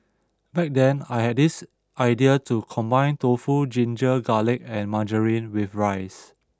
back then I had this idea to combine tofu ginger garlic and margarine with rice